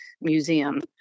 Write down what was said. museum